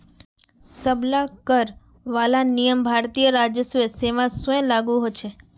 सब ला कर वाला नियम भारतीय राजस्व सेवा स्व लागू होछे